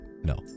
no